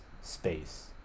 space